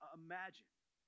imagine